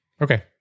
Okay